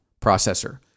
processor